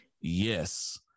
Yes